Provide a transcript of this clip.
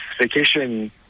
vacation